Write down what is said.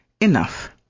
enough